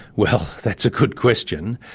well, that's a good question.